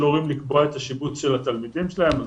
של הורים לקבוע את השיבוץ של התלמידים שלהם.